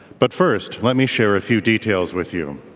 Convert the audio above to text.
but first, let me share a few details with you.